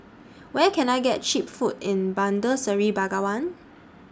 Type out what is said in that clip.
Where Can I get Cheap Food in Bandar Seri Begawan